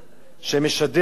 גם תרבות יהודית,